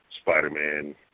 Spider-Man